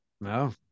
No